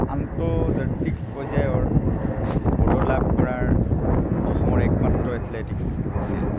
আন্তৰ্জাতিক পৰ্যায়ৰ পদক লাভ কৰাৰ অসমৰ একমাত্ৰ এথলেটিক্স আছিল